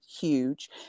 huge